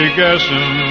guessing